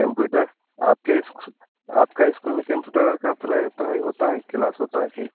computer आपके school आपका school में केंप्युटर और का पल्हाई पढ़ाई होता है क्लास होता है की